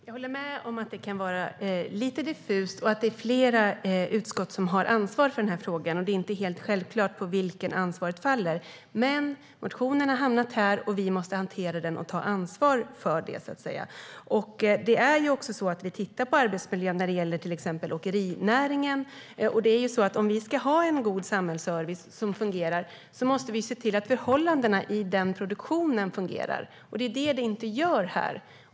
Herr talman! Jag håller med om att det kan vara lite diffust. Det är flera utskott som har ansvar för frågan, och det är inte helt självklart på vilket utskott ansvaret faller. Men motionen har hamnat här, och vi måste hantera den och ta ansvar för detta. Vi tittar ju på arbetsmiljön när det gäller till exempel åkerinäringen. Om vi ska ha en god samhällsservice som fungerar måste vi se till att förhållandena i produktionen fungerar, och det är det de inte gör här.